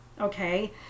okay